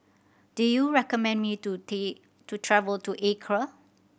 do you recommend me to take to travel to Accra